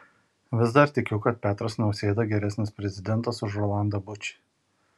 vis dar tikiu kad petras nausėda geresnis prezidentas už rolandą bučį